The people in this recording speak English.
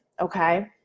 okay